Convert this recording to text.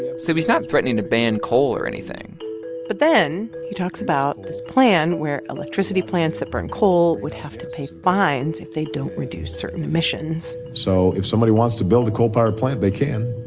yeah so he's not threatening to ban coal or anything but then he talks about this plan where electricity plants that burn coal would have to pay fines if they don't reduce certain emissions so if somebody wants to build a coal power plant, they can.